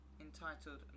entitled